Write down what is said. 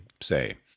say